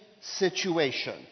situation